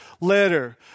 letter